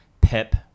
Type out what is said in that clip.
Pip